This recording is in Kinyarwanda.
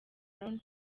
brown